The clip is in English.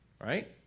Right